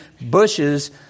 bushes